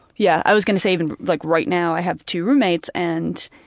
yeah, i was gonna say and like right now i have two roommates, and